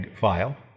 file